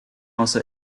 also